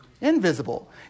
Invisible